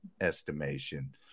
estimation